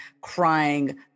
crying